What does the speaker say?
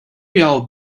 yellow